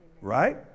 Right